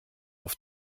auf